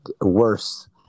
worse